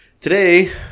Today